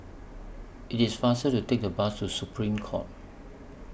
IT IS faster to Take The Bus to Supreme Court